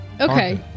okay